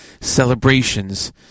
celebrations